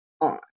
on